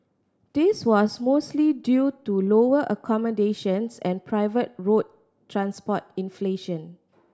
this was mostly due to lower accommodations and private road transport inflation